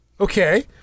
Okay